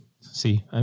See